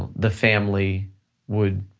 ah the family would